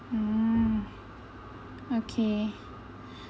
oh okay